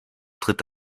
tritt